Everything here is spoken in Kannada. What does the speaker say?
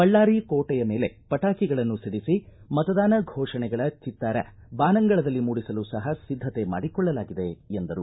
ಬಳ್ಳಾರಿ ಕೋಟೆಯ ಮೇಲೆ ಪಟಾಕಿಗಳನ್ನು ಸಿಡಿಸಿ ಮತದಾನ ಘೋಷಣೆಗಳ ಚಿತ್ತಾರ ಬಾನಂಗಳದಲ್ಲಿ ಮೂಡಿಸಲು ಸಹ ಸಿದ್ದತೆ ಮಾಡಿಕೊಳ್ಳಲಾಗಿದೆ ಎಂದರು